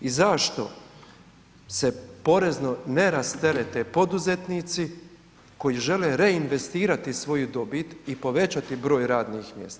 I zašto se porezno ne rasterete poduzetnici koji žele reinvestirati svoju dobit i povećati broj radnih mjesta?